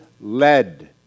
led